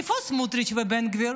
איפה סמוטריץ' ובן גביר?